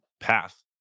path